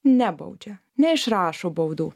nebaudžia neišrašo baudų